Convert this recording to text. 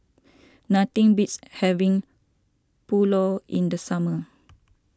nothing beats having Pulao in the summer